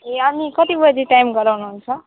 ए अनि कति बजी टाइम गराउनु हुन्छ